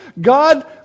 God